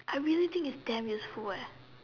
I really think it's damn useful